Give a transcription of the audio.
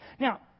Now